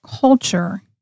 culture